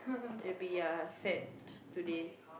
and be ya fat today